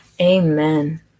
Amen